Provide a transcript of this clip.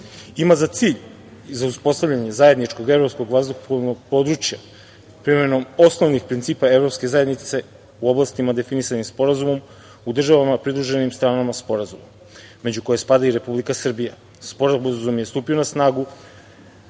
ima za cilj uspostavljanje Zajedničkog evropskog vazduhoplovnog područja primenom osnovnih principa evropske zajednice u oblastima definisanim sporazumom u državama pridruženim stranama sporazuma među koje spada i Republika Srbija. Sporazum je stupio na snagu